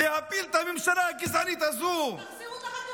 להפיל את הממשלה הגזענית הזו, תחזירו את החטופים.